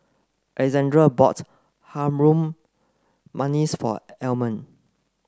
Alexande bought Harum Manis for Almer